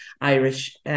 Irish